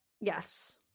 yes